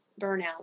burnout